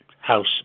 house